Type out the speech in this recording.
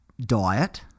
diet